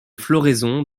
floraison